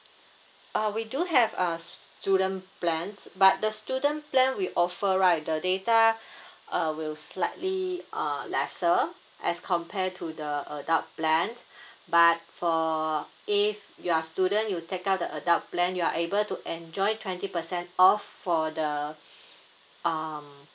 uh we do have uh student plans but the student plan we offer right the data uh will slightly uh lesser as compare to the adult plans but for if you are student you take out the adult plan you are able to enjoy twenty percent off for the um